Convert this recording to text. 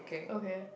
okay